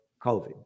COVID